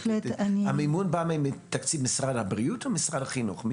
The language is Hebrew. המימון הגיע מתקציב משרד הבריאות או משרד החינוך?